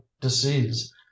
disease